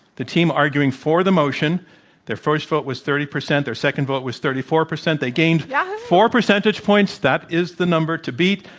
the team arguing for the motion their first vote was thirty percent their second vote was thirty four percent. they gained yeah four percentage points. that is the number to beat.